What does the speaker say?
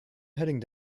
heading